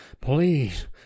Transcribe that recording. please